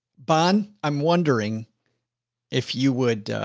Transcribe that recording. bonne. i'm wondering if you would, ah,